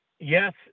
Yes